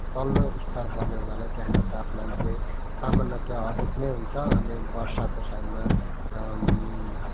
तल्लो स्तर पर्ने हुनाले त्यहाँको तापमान चाहिँ सामान्यतया अधिक नै हुन्छ अनि वर्षाको समय